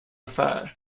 affair